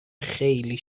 خیلی